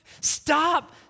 Stop